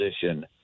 position